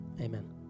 Amen